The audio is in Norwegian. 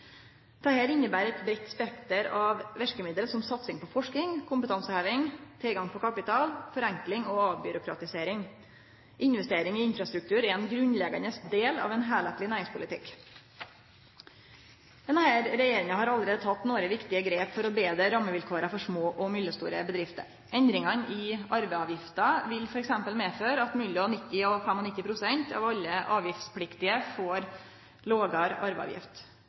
Dette inneber eit breitt spekter av verkemiddel, som satsing på forsking, kompetanseheving, tilgang på kapital, forenkling og avbyråkratisering. Investering i infrastruktur er ein grunnleggjande del av ein heilskapleg næringspolitikk. Denne regjeringa har allereie teke nokre viktige grep for å betre rammevilkåra for små og mellomstore bedrifter. Endringane i arveavgifta vil f.eks. medføre at mellom 90 og 95 pst. av alle avgiftspliktige får lågare